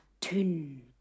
tune